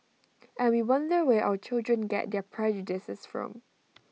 and we wonder where our children get their prejudices from